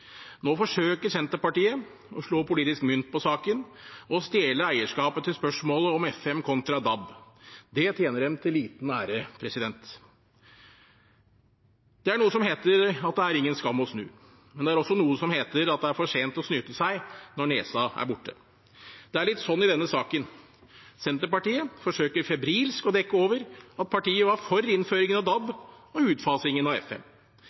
Nå forsøker Senterpartiet å slå politisk mynt på saken og stjele eierskapet til spørsmålet om FM kontra DAB. Det tjener dem til liten ære. Det er noe som heter at det er ingen skam å snu. Men det er også noe som heter at det er for sent å snyte seg når nesa er borte. Det er litt sånn i denne saken: Senterpartiet forsøker febrilsk å dekke over at partiet var for innføringen av DAB og utfasingen av